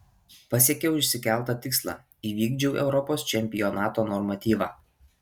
pasiekiau išsikeltą tikslą įvykdžiau europos čempionato normatyvą